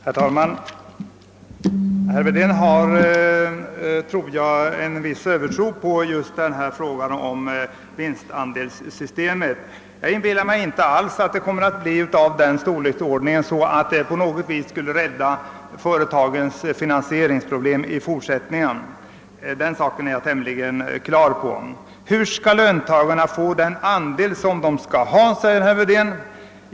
Herr talman! Herr Wedén hyser, tror jag, en viss övertro på detta vinstandelssystem. Jag inbillar mig inte att detta företagssparande kommer att bli av sådan storleksordning att det på något sätt skulle lösa företagens finansieringsproblem i fortsättningen — jag är tämligen övertygad om att så inte kommer att bli fallet. Hur skall löntagarna få den andel de skall ha? frågade herr Wedén.